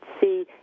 see